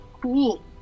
Cool